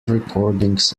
recordings